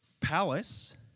palace